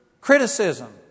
criticism